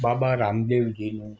બાબા રામદેવજીનું